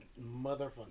motherfucker